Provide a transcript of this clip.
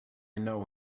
know